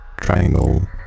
triangle